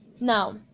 now